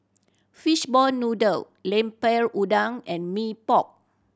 fish ball noodle Lemper Udang and Mee Pok